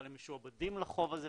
אבל הם משועבדים לחוב הזה,